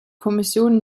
kommission